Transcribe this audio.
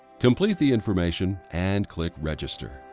complete the information and click register.